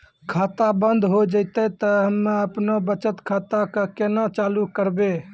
खाता बंद हो जैतै तऽ हम्मे आपनौ बचत खाता कऽ केना चालू करवै?